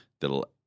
that'll